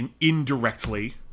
Indirectly